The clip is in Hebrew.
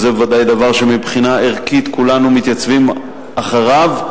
וזה בוודאי דבר שמבחינה ערכית כולנו מתייצבים מאחוריו,